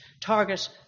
target